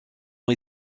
ont